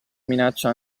minaccia